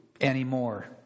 anymore